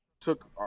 took